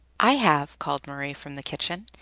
i have, called marie from the kitchen,